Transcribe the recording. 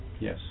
Yes